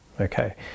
Okay